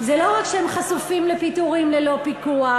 זה לא רק שהם חשופים לפיטורים ללא פיקוח,